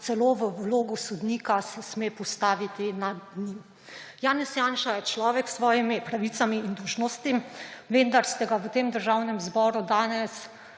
celo v vlogo sodnika se sme postaviti nad njim. Janez Janša je človek s svojimi pravicami in dolžnostmi, vendar ste ga v Državnem zboru danes